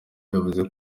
yavuze